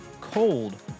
cold